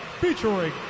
featuring